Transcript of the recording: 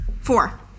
four